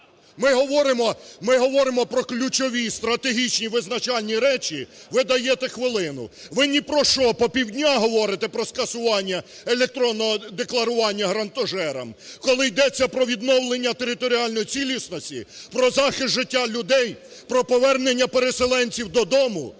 Ми говоримо про ключові стратегічні визначальні речі – ви даєте хвилину! Ви ні про що по півдня говорите: про скасування електронного декларування грантожерам. Коли йдеться про відновлення територіальної цілісності, про захист життя людей, про повернення переселенців додому,